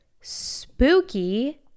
spooky